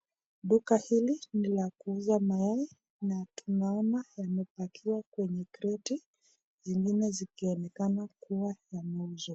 Duka hili ni la kuuza mayai na tunaona yamepakiwa kwenye creti, zingine zikioneka kuwa yanauzwa.